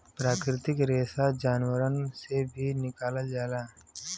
प्राकृतिक रेसा जानवरन से भी निकालल जाला